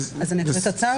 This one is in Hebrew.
אקריא את הצו?